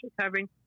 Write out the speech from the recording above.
recovering